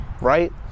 right